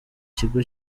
kigo